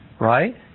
right